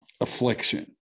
affliction